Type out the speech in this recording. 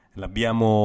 l'abbiamo